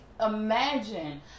imagine